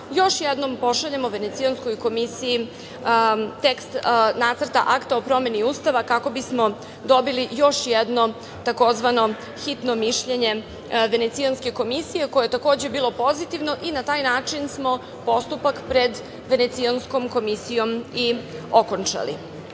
još jednom pošaljemo Venecijanskoj komisiji tekst Nacrta akta o promeni Ustava, kako bismo dobili još jedno tzv. hitno mišljenje Venecijanske komisije, koje je takođe bilo pozitivno. Na taj način smo postupak pred Venecijanskom komisijom i okončali. Kao